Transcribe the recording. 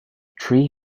tree